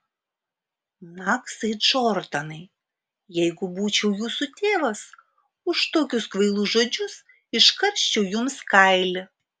maksai džordanai jeigu būčiau jūsų tėvas už tokius kvailus žodžius iškarščiau jums kailį